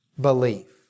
belief